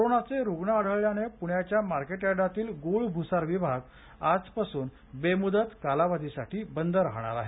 करोनाचे रुग्ण आढळल्याने पुण्याच्या मार्केट यार्डातील गुळ भुसार विभाग आजपासुन बेमुदत कालावधीसाठी बंद राहणार आहेत